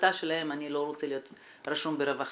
מהחלטה שלהם, לא רוצה להיות רשום ברווחה.